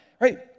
right